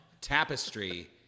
Tapestry